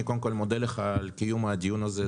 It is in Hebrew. אני קודם כל מודה לך על קיום הדיון הזה,